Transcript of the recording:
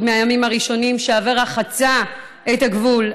מהימים הראשונים שאברה חצה את הגבול.